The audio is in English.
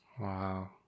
Wow